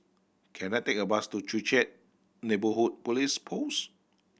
can I take a bus to Joo Chiat Neighbourhood Police Post